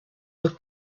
were